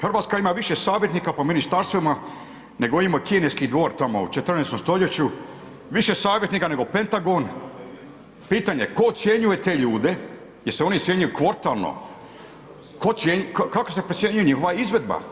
Hrvatska ima više savjetnika po ministarstvima nego ima kineski dvor tamo u 14. st., više savjetnika nego Pentagon, pitanje tko ocjenjuje te ljude, jel' se oni ocjenjuju kvartalno, kako se procjenjuje njihova izvedba?